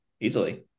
easily